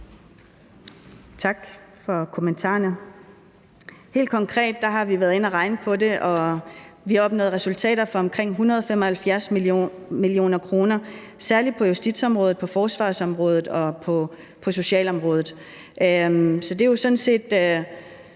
Tak for kommentarerne. Siden kl. 3 har vi helt konkret været inde at regne på det, og vi har opnået resultater for omkring 175 mio. kr., særlig på justitsområdet, på forsvarsområdet og på socialområdet.